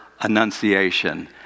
annunciation